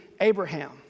Abraham